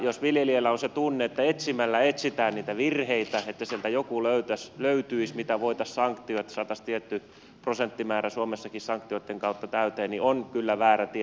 jos viljelijällä on se tunne että etsimällä etsitään niitä virheitä että sieltä löytyisi joku mitä voitaisiin sanktioida että saataisiin tietty prosenttimäärä suomessakin sanktioitten kautta täyteen se on kyllä väärä tie